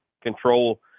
control –